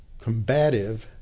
combative